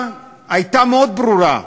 הייתה מאוד ברורה: